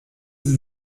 sie